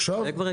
עכשיו?